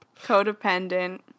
codependent